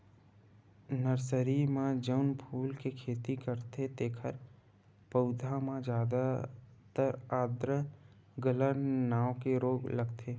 nursery म जउन फूल के खेती करथे तेखर पउधा म जादातर आद्र गलन नांव के रोग लगथे